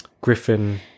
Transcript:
Griffin